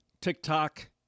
TikTok